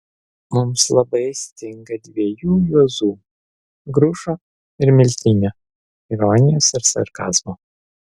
mums labai stinga dviejų juozų grušo ir miltinio ironijos ir sarkazmo